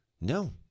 No